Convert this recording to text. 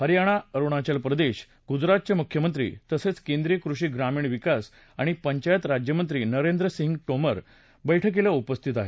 हरयाणा अरुणाचल प्रदेश आणि गुजरातचे मुख्यमंत्री तसंच केंद्रीय कृषी ग्रामीण विकास आणि पंचायत राजमंत्री नरेंद्र सिंग तोमर बैठकीला उपस्थित आहेत